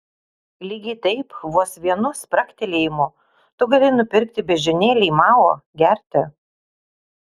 lygiai taip vos vienu spragtelėjimu tu gali nupirkti beždžionėlei mao gerti